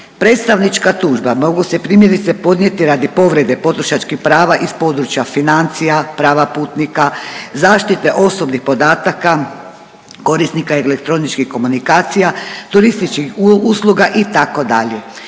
Predstavnička tužba, mogu se primjerice podnijeti radi povrede potrošačkih prava iz područja financija, prava putnika, zaštite osobnih podataka korisnika elektroničkih komunikacija, turističkih usluga, itd.